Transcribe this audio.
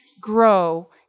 grow